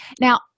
now